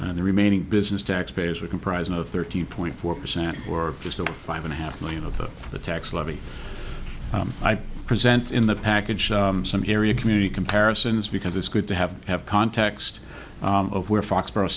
and the remaining business tax payers are comprised of thirteen point four percent or just over five and a half million of the tax levy present in the package some area community comparisons because it's good to have have context of where fox